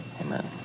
Amen